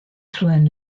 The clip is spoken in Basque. zuen